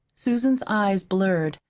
susan's eyes blurred,